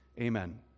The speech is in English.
Amen